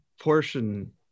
portion